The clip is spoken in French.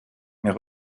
mais